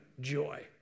joy